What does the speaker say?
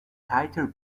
tighter